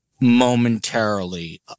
momentarily